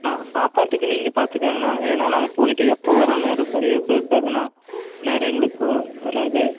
அண்ணா சாப்பாட்டுக்கு நீங்கள் பார்த்துக்கங்கண்ணா ஏன்னா நாங்கள் போயிவிட்டு எப்போ வரோம் நேரம் சரியாக இருக்காது அண்ணா நேரம் எங்களுக்கு வராது